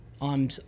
on